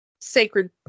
sacred